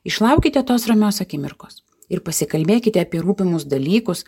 išlaukite tos ramios akimirkos ir pasikalbėkite apie rūpimus dalykus